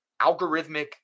algorithmic